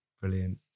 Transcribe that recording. Brilliant